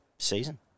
Season